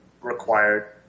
required